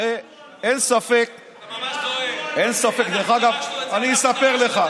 הרי אין ספק, בירכנו על זה.